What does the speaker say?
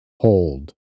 Hold